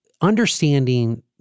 understanding